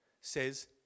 says